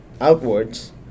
outwards